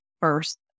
first